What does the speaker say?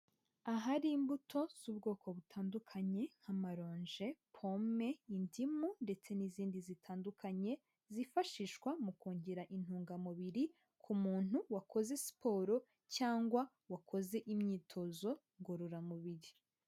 Ahari imbuto z'ubwoko butandukanye nka'amaronje, pome, indimu ndetse n'izindi zitandukanye zifashishwa mu kongera intungamubiri ku muntu wakoze siporo cyangwa wakoze imyitozo ngororamubiri.